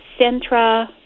Centra